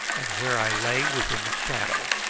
and where i lay was in the shadow,